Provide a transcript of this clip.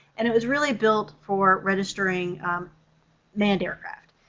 and it was really built for registering manned aircraft.